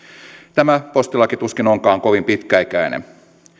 tämä postilaki tuskin onkaan kovin pitkäikäinen